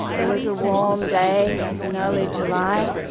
it was a warm day in early july.